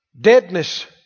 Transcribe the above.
Deadness